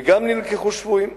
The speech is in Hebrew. וגם נלקחו שבויים,